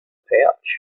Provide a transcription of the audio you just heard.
pouch